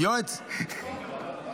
--- בפעם השנייה.